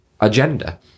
agenda